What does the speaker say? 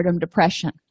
depression